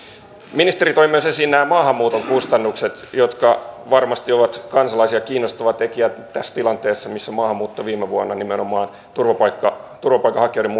ministeri toi esiin myös maahanmuuton kustannukset jotka varmasti ovat kansalaisia kiinnostava tekijä tässä tilanteessa missä maahanmuutto viime vuonna nimenomaan turvapaikanhakijoiden